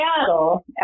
Seattle